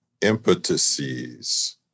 impetuses